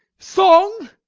song!